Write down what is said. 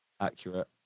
accurate